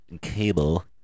cable